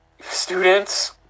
students